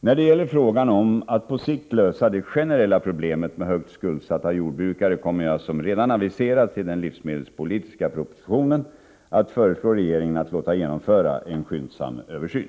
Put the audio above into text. När det gäller frågan om att på sikt lösa det generella problemet med högt skuldsatta jordbrukare kommer jag, som redan aviserats i den livsmedelspolitiska propositionen, att föreslå regeringen att låta genomföra en skyndsam översyn.